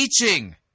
teaching